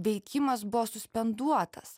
veikimas buvo suspenduotas